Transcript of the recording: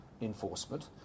enforcement